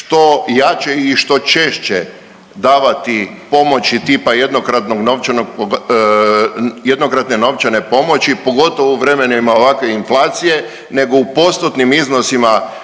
što jače i što češće davati pomoći, tipa, jednokratnog novčanog, jednokratne novčane pomoći, pogotovo u vremenima ovakve inflacije nego u postotnim iznosima